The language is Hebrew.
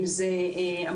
אם זה המוקדנים,